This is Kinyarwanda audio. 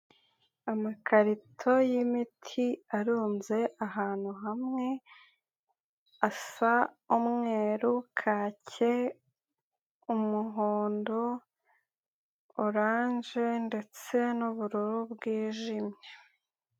Amakarito yimiti arunze ahantu hamwe asa umweru, kake, umuhondo, orange ndetse n'ubururu bwijimye.